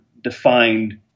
defined